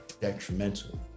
detrimental